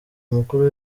mukuru